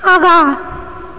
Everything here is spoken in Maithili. आगाँ